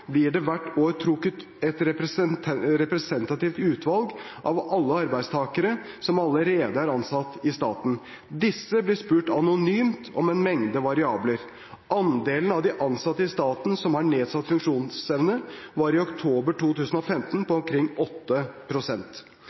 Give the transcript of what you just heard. blir det hvert år trukket et representativt utvalg av alle arbeidstakere som allerede er ansatt i staten. Disse blir spurt anonymt om en mengde variabler. Andelen av de ansatte i staten som har nedsatt funksjonsevne, var i oktober 2015 på omkring